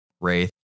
Wraith